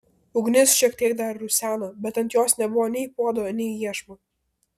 ugnis šiek tiek dar ruseno bet ant jos nebuvo nei puodo nei iešmo